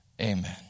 Amen